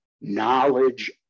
knowledge